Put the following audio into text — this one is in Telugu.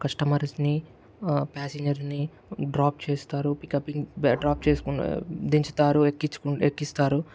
కస్టమర్స్ని ప్యాసెంజర్లని డ్రాప్ చేస్తారు పికప్పింగ్ డ్రాప్ చేసుకున్న దించుతారు ఎక్కించుకుం ఎక్కిస్తారు